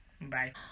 Bye